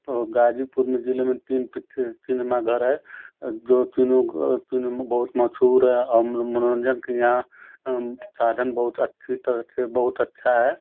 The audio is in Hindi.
गाजीपुर मे ज़िले में तीन पिक्चर सिनेमाघर हैं जो कि लोग तीनों में बहुत मशहूर है और मनोरंजन के यहाँ साधन बहुत अच्छी तरह से बहुत अच्छा है